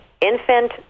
infant